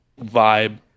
vibe